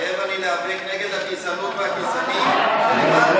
מתחייב אני להיאבק נגד הגזענות והגזענים ולמען,